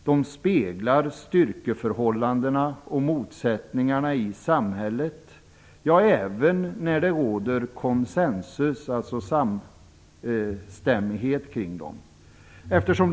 De speglar styrkeförhållandena och motsättningarna i samhället även när det råder konsensus, dvs. samstämmighet, kring dem.